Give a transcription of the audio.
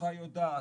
שהמשפחה יודעת.